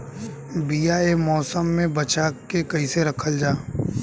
बीया ए मौसम में बचा के कइसे रखल जा?